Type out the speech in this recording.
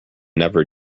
never